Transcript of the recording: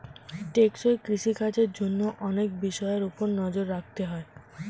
টেকসই কৃষি কাজের জন্য অনেক বিষয়ের উপর নজর রাখতে হয়